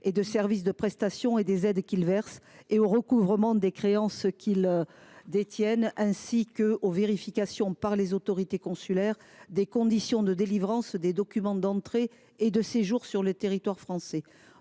de service des prestations et des aides qu’ils versent, ainsi qu’au recouvrement des créances qu’ils détiennent et aux vérifications par les autorités consulaires des conditions de délivrance des documents d’entrée et de séjour sur le territoire français.